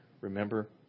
remember